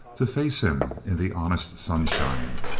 to face him in the honest sunshine.